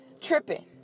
tripping